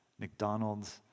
McDonald's